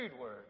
word